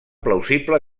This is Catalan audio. plausible